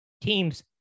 teams